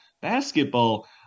basketball